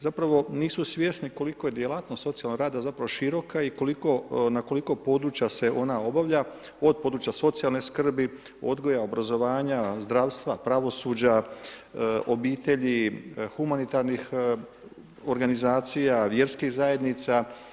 Zapravo nisu svjesni koliko je djelatnost socijalnog rada zapravo široka i na koliko područja se ona obavlja, od područja socijalne skrbi, odgoja, obrazovanja, zdravstva, pravosuđa, obitelji, humanitarnih organizacija, vjerskih zajednica.